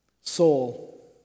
soul